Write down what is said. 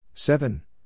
Seven